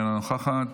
אינה נוכחת,